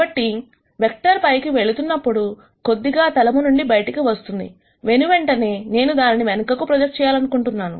కాబట్టి వెక్టర్ పైకి వెళుతున్నప్పుడు కొద్దిగా తలము నుండి బయటకు వస్తుంది వెనువెంటనే నేను దానిని వెనుకకు ప్రొజెక్ట్ చేయాలనుకుంటున్నాను